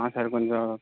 ஆ sir கொஞ்சம்